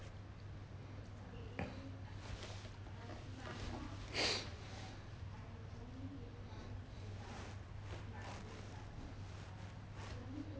yeah